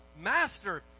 Master